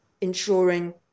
ensuring